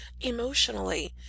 emotionally